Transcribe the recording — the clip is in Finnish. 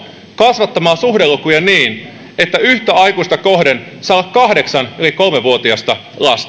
kasvattamalla suhdelukuja niin että yhtä aikuista kohden saa olla kahdeksan yli kolme vuotiasta lasta